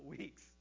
weeks